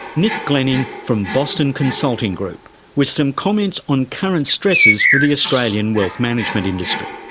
nick glenning from boston consulting group with some comments on current stresses for the australian wealth management industry.